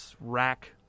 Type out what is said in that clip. rack